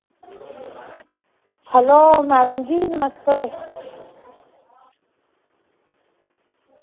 hello madam ji namaste